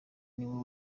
niwe